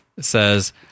says